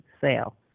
sale